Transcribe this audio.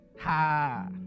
Ha